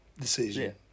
decision